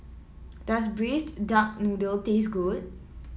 does Braised Duck Noodle taste good